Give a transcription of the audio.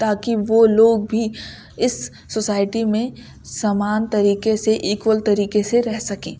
تاکہ وہ لوگ بھی اس سوسائٹی میں سمان طریقے سے ایکول طریقے سے رہ سکیں